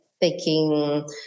taking